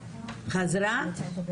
אחד.